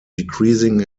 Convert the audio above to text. decreasing